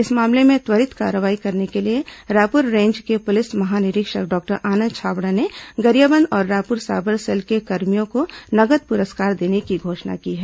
इस मामले में त्वरित कार्रवाई करने के लिए रायपुर रेंज के पुलिस महानिरीक्षक डॉक्टर आनंद छाबड़ा ने गरियाबंद और रायपुर साइबर सेल के कर्मियों को नगद पुरस्कार देने की घोषणा की है